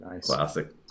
classic